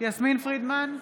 יסמין פרידמן,